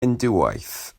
hindŵaeth